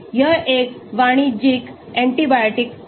यह एक वाणिज्यिक एंटीबायोटिक है